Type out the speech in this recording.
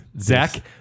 Zach